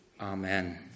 Amen